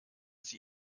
sie